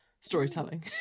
storytelling